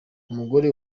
umugore